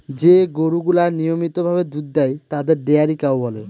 যে গরুগুলা নিয়মিত ভাবে দুধ দেয় তাদের ডেয়ারি কাউ বলে